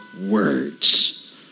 words